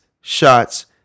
shots